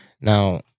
now